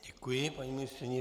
Děkuji paní ministryni.